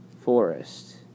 forest